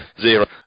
zero